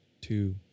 two